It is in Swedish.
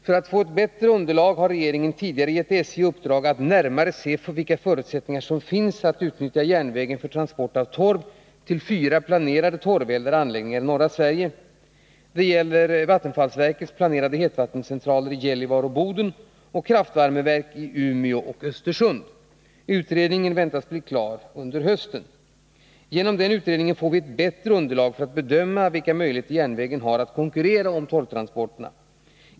För att få ett bättre underlag har regeringen tidigare gett SJ i uppdrag att närmare utreda förutsättningarna för att utnyttja järnvägen för transport av torv till fyra planerade torveldade anläggningar i norra Sverige. Det gäller vattenfallsverkets planerade hetvattencentraler i Gällivare och Boden och kraftvärmeverk i Umeå och Östersund. Utredningen väntas bli klar under hösten. Genom den utredningen får vi ett bättre underlag för att bedöma järnvägens möjligheter att konkurrera om torvtransporter.